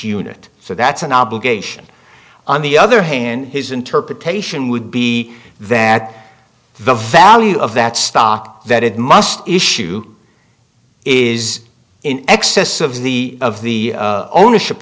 unit so that's an obligation on the other hand his interpretation would be that the value of that stock that it must issue is in excess of the of the ownership